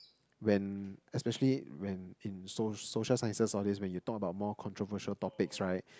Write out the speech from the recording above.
when especially when in soc~ social sciences all these when you talk about more controversial topics right